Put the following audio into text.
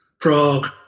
Prague